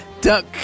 duck